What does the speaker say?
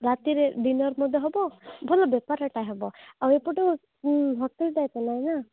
ରାତିରେ ଡିନର୍ ମଧ୍ୟ ହେବ ଭଲ ବେପାରଟା ହେବ ଆଉ ଏପଟୁ ହୋଟେଲ